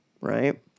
right